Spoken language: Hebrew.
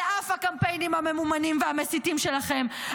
על אף הקמפיינים הממומנים והמסיתים שלכם,